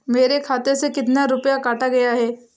मेरे खाते से कितना रुपया काटा गया है?